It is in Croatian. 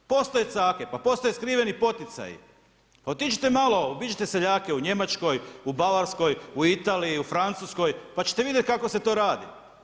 Postoje cake, pa postoje skriveni poticaji, otiđite malo, obiđite seljake u Njemačkoj, u Bavarskoj, u Italiji, u Francuskoj pa ćete vidjeti kako se to radi.